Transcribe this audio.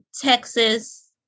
Texas